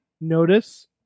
notice